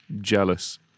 jealous